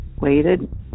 waited